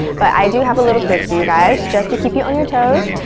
but i do have a little quiz for you guys, just to keep you on your toes.